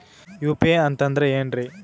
UPI ಅಂತಂದ್ರೆ ಏನ್ರೀ?